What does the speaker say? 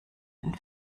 ein